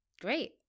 Great